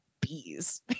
bees